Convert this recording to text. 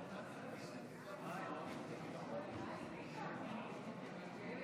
היושב-ראש, חבריי, מוצעת כאן הצעת